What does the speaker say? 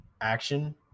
action